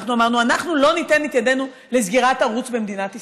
אנחנו אמרנו: אנחנו לא ניתן את ידינו לסגירת ערוץ במדינת ישראל.